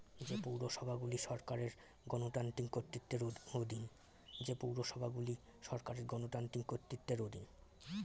যে পৌরসভাগুলি সরকারের গণতান্ত্রিক কর্তৃত্বের অধীন